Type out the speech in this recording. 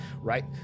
right